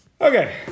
Okay